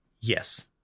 yes